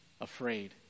afraid